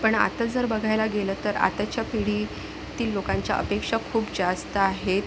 पण आता जर बघायला गेलं तर आताच्या पिढीतील लोकांच्या अपेक्षा खूप जास्त आहेत